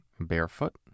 barefoot